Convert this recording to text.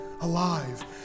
alive